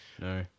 No